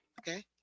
Okay